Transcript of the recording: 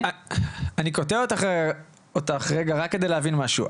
אני קוטע אותך רק כדי להבין משהו.